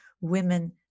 women